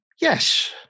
Yes